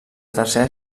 tercera